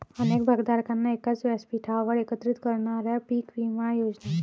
अनेक भागधारकांना एकाच व्यासपीठावर एकत्रित करणाऱ्या पीक विमा योजना